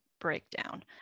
breakdown